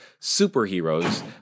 superheroes